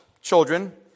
children